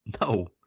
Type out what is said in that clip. No